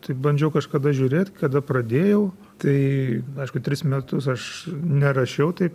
tai bandžiau kažkada žiūrėt kada pradėjau tai aišku tris metus aš nerašiau taip